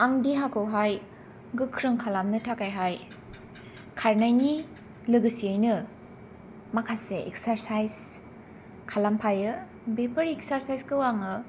आं देहाखौहाय गोख्रों खालामनो थाखायहाय खारनायनि लोगोसेनो माखासे एक्सारसाइस खालामफायो बेफोर एक्सारसाइसखौ आङो